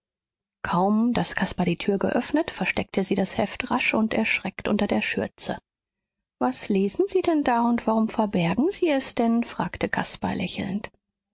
kaum daß caspar die tür geöffnet versteckte sie das heft rasch und erschreckt unter der schürze was lesen sie denn da und warum verbergen sie es denn fragte caspar lächelnd